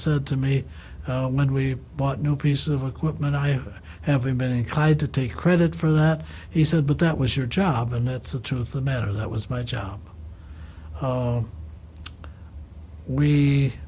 said to me when we bought a new piece of equipment i haven't been inclined to take credit for that he said but that was your job and that's the truth of the matter that was my job